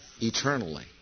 eternally